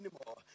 anymore